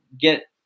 get